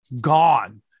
gone